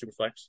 Superflex